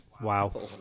Wow